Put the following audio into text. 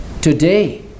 Today